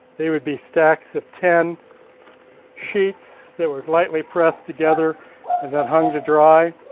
they would be stacks of ten sheets that were lightly pressed together and then hung to dry.